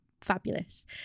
fabulous